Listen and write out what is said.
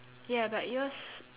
ya but yours